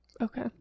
Okay